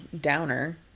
downer